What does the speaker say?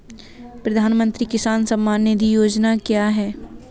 प्रधानमंत्री किसान सम्मान निधि योजना क्या है?